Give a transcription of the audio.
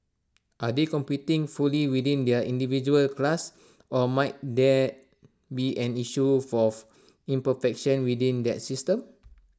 are they competing fully within their individual class or might that be an issue for of imperfection within that system